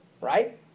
right